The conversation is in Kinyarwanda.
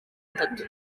atatu